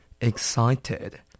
Excited